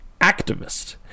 activist